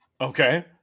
okay